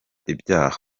ibyaha